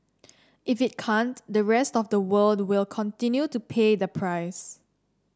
if it can't the rest of the world will continue to pay the price